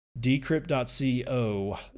Decrypt.co